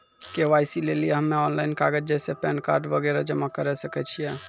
KYC लेली हम्मय online कागज जैसे पैन कार्ड वगैरह जमा करें सके छियै?